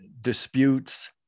disputes